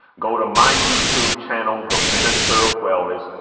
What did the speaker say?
go to my youtube channel, the minister of wellness,